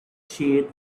shade